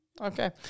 Okay